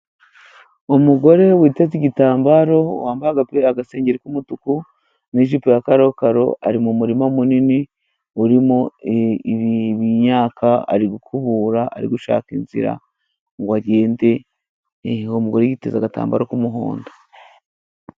Umugore witeze igitambaro wambaye agapira, agasengeri k'umutuku n'ijipo ya karokaro, ari mu murima munini urimo imyaka, ari gukubura, ari gushaka inzira ngo agende, uwo mugore yiteze agatambaro k'umuhondo.